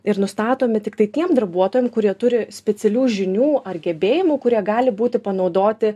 ir nustatomi tiktai tiem darbuotojam kurie turi specialių žinių ar gebėjimų kurie gali būti panaudoti